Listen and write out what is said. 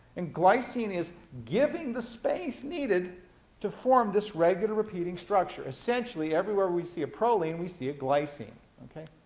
and glycine is giving the space needed to form this regular repeating structure. essentially, everywhere we see a proline, we see a glycine, okay?